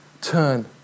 turn